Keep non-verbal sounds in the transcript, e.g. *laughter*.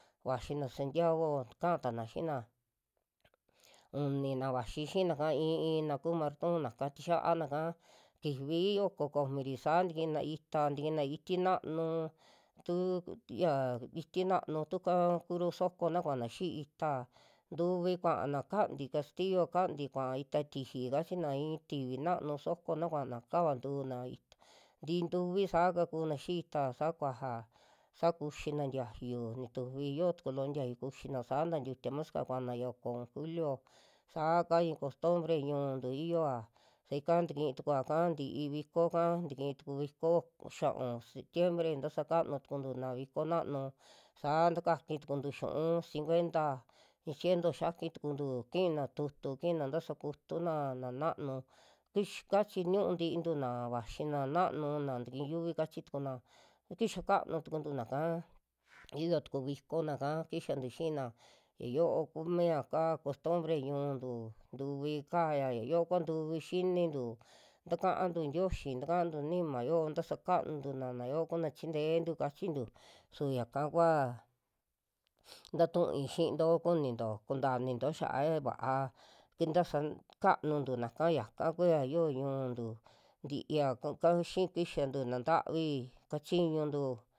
Vaxi na santiago kaa tana xiina *noise* uni'na vaxi i'i i'ina kuu marton naka tixiana'ka, kifi oko komi'ri saa tikina ita, tikina iti naanu tu xaa iti naanu tuka kuru sokona kuana xii ita, ntuvi kuana kanti castillo kuaa ita tiji kachina i'i tivi nanu sokona kuana kava ntuuna ntii ntuvi saa kakuna xii ita saa kuaja, sa kuxina tiayu nitufi yo loo tuku tiayu kuxina saa tatiutia musica ya oko u'un kulio saa'ka i'i costumbre ñu'untu yioa sa ika tikii tukua'ka ti'i viko'ka, tikii tuku viko xia'un septiembre tasa kanu tukuna viko nanu saa takaki tuntu xiu'un ciencuenta, i'i ciento yiaki tukuntu kiina tu'utu. kina tasa kutuna na naanu kuis *unintelligible* kachi tu'u ntintuna vaxina nanu, na tikii yuvi kachi tukuna kixa kanu tukuntuna'ka *noise* yio tuku vikona'ka kixantu xiina ya yo'o kumia kaa costumbre ñu'untu, ntuvi ka'aya ya yoo kua ntuvi xinintu, takantu tioyi, takantu nima yoo tasa kantu'na na yoo kuna chintentu kachintu su yaka kua *noise* ntatuui xiinto kuninto kunta ininto xia'a ya vaa kin- tasa kanuntuna'ka yaka kua yio ñu'untu tiiya ku- ka xii kixantu naa ntavi kachiñuntu.